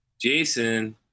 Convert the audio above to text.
Jason